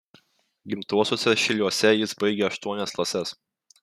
gimtuosiuose šyliuose jis baigė aštuonias klases